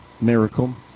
miracle